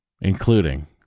including